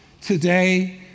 today